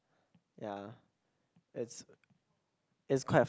ya it's it's quite